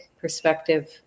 perspective